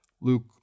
Luke